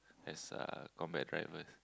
as a combat driver